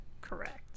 correct